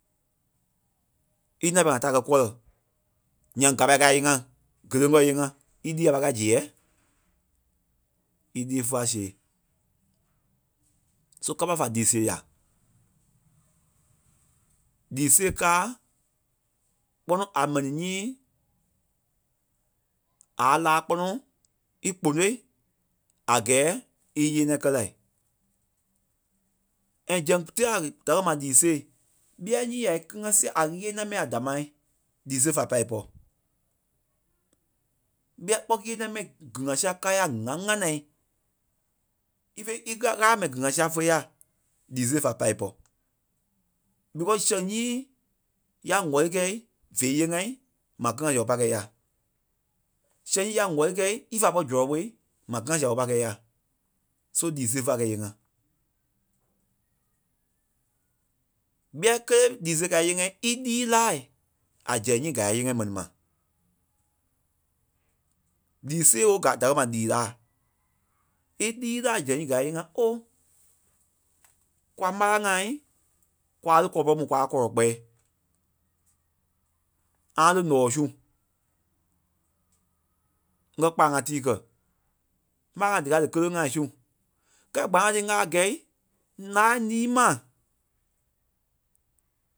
í nîa pɛlɛɛi ta kɛ́ kɔlɛ ǹyaŋ gâpai káa íyee ŋá géleŋ kɔɔ íyee ŋá, ílii a pâi kɛ̂i a sêɛɛ? ílii féai sêei, so kâpa fa lii sêe yà. Lii sêe káa kpɔ́nɔ a mɛni nyíi aâ láa kpɔ́nɔ í kponôi a gɛ́ɛ í íɣeniɛi kɛ́ lai. and zɛŋ tela da kɛ̀ ma lii sêei ɓíai nyíi ya í kíli ŋá sîa a ɣéniɛ mɛni a dámaai lii sêe fa pâ ípɔ. ɓíai kpɔ́ ɣéniɛ mɛi gi- gíli ŋa sîa káa ya a ŋ̀a ŋánai ífe í- ɣa- ɣâla mɛi gíli ŋa sîa fé yai lii sêe fa pâ ípɔ. ɓikɔ sɛŋ nyíi ya ŋ̀wɛli kɛ̂i vé íyee ŋái maa kili ŋa sîa ɓé pâi kɛ̂i ya. sɛŋ nyíi ya ŋ̀wɛli kɛ̂i ífa pɔ̂ri zɔlɔ ɓôi maa kili ŋa sîa ɓé pâi kɛ̂i ya, so lii sêe fé pâi kɛ̂i íyee ŋa. ɓíai kélee lii sêe káa íyee ŋái ílii lâai a zɛŋ nyíi gáa íyee ŋái m̀ɛni ma. Lii sêe ɓé ga- da kɛ ma lii laa, ílii lâai zɛŋ nyíi gáa íyee ŋái Ó! Kwa ɓarâa ŋai kwâa lí kɔlɔ pɛrɛ mu kwâa kɔlɔ kpɛ̀ɛ ŋâa lí ǹɔɔi su ŋ́gɛ kpalâŋ ŋá tii kɛ̀ ɓarâa ŋai díkaa dí kéleŋ ŋai su kɛ́lɛ, gbalâŋ ŋá tiî ŋ́gaa gɛ̂i ǹâai níi ma